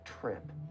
trip